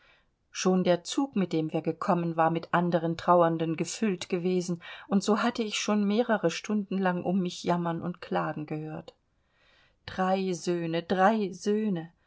schon der zug mit dem wir gekommen war mit anderen trauernden gefüllt gewesen und so hatte ich schon mehrere stunden lang um mich jammern und klagen gehört drei söhne drei söhne